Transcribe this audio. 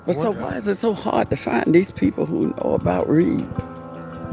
but so why is it so hard to find these people who know about reeb?